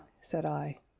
said i.